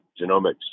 Genomics